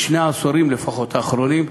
בשני העשורים האחרונים לפחות,